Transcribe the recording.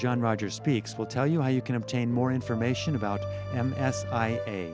john rogers speaks we'll tell you how you can obtain more information about him as i